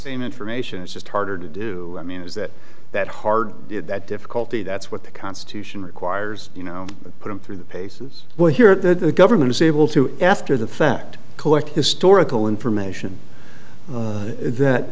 same information it's just harder to do i mean is it that hard that difficulty that's what the constitution requires you know put them through the paces we'll hear that the government is able to after the fact collect historical information that